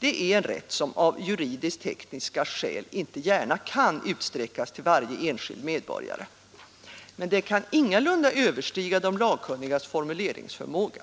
Det är en rätt som av juridiskt-tekniska skäl inte kan utsträckas till varje enskild medborgare, men det kan ingalunda överstiga de lagkunnigas formuleringsförmåga